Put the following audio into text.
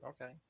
Okay